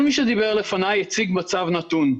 כל מי שדיבר לפניי הציג מצב נתון.